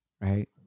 right